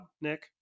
Nick